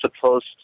supposed